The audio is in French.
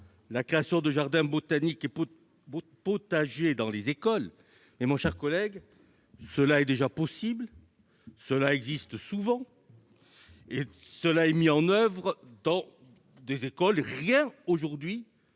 la création de jardins botaniques et potagers dans les écoles, mais cela est déjà possible, cela existe même souvent, cela est mis en oeuvre dans bien des écoles. Rien aujourd'hui